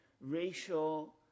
racial